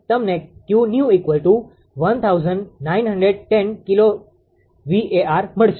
તમને 𝑄𝑛𝑒𝑤1910 kilo VAr મળશે